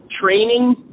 training